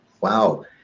Wow